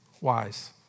Wise